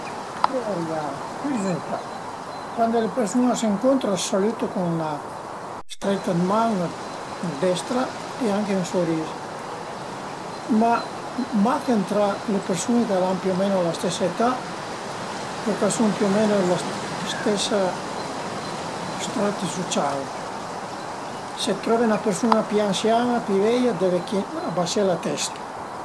Ün sport che sun propi mai riusì a fe, al e 'na coza ën po strana, ma al e ël ping pong cuai volte i pruvavu, pìavu la rachëtta, ma i arivavu mai a ciapé la balin-a e cuandi la ciapavu cule rare volte i la campavu fora d'la taula, la campavu fora d'la stansia adiritüra